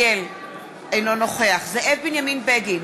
אינו נוכח זאב בנימין בגין,